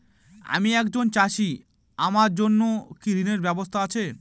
আমি একজন চাষী আমার জন্য কি ঋণের ব্যবস্থা আছে?